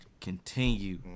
continue